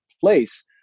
place